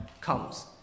comes